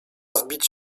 zbić